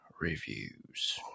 reviews